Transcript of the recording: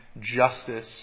justice